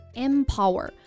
empower